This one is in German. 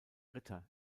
ritter